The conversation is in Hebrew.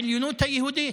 העליונות היהודית.